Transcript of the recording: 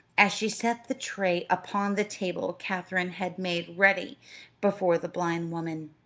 as she set the tray upon the table katherine had made ready before the blind woman.